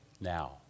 now